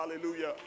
Hallelujah